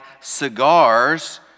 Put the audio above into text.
cigars